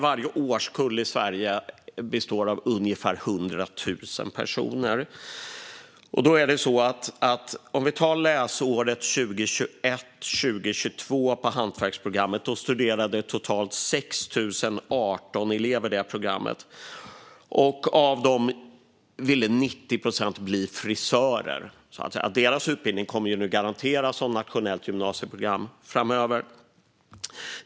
Varje årskull i Sverige består av ungefär 100 000 personer. Under läsåret 2021/22 studerade totalt 6 018 elever på hantverksprogrammet. Av dem ville 90 procent bli frisörer. Deras utbildning kommer framöver att garanteras som nationellt gymnasieprogram.